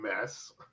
mess